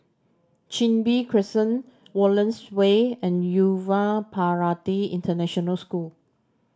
Chin Bee Crescent Wallace Way and Yuva Bharati International School